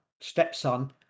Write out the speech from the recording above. stepson